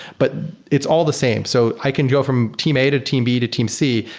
but it's all the same. so i can go from team a, to team b, to team c,